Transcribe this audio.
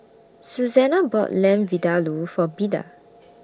Susanna bought Lamb Vindaloo For Beda